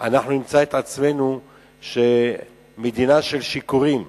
אנחנו נמצא את עצמנו מדינה של שיכורים.